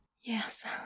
Yes